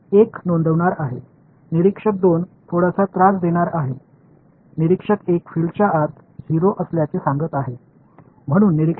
பார்வையாளர் 1 ஒரு குறும்புதனமாக கொஞ்சம் விளையாடப் போகிறார் பார்வையாளர் 1 புலங்கள் உள்ளே 0 என்று சொல்லப் போகிறார்